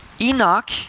Enoch